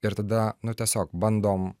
ir tada nu tiesiog bandom